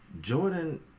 Jordan